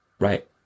Right